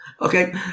Okay